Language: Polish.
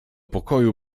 pokoju